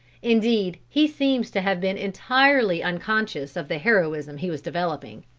indeed he seems to have been entirely unconscious of the heroism he was developing.